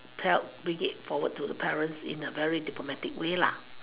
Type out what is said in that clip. help bring it forward to the parents in a very diplomatic way lah